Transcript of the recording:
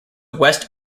west